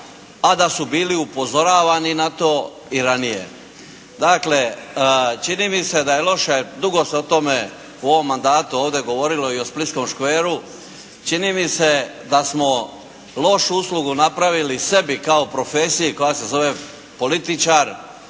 a da su bili upozoravani na to i ranije. Dakle čini mi se da je loše, dugo se o tome u ovom mandatu ovdje govorilo i o splitskom škveru čini mi se da smo lošu uslugu napravili sebi kao profesiji koja se zove političar.